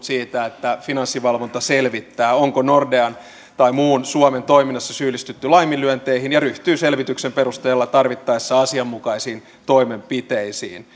siitä että finanssivalvonta selvittää onko nordean tai muussa suomen toiminnassa syyllistytty laiminlyönteihin ja ryhtyy selvityksen perusteella tarvittaessa asianmukaisiin toimenpiteisiin